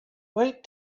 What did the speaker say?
wait